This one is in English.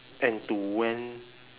and to when